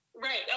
Right